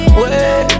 wait